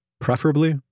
preferably